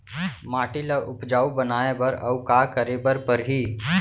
माटी ल उपजाऊ बनाए बर अऊ का करे बर परही?